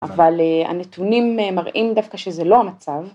‫אבל הנתונים מראים דווקא ‫שזה לא המצב.